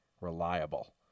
reliable